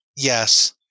Yes